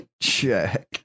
check